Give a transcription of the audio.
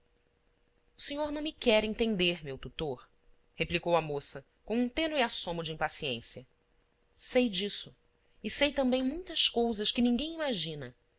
o senhor não me quer entender meu tutor replicou a moça com um tênue assomo de impaciência sei disso e sei também muitas cousas que ninguém imagina